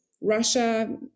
Russia